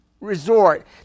resort